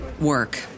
work